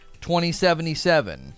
2077